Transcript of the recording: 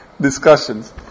discussions